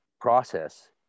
process